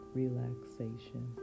relaxation